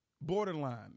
borderline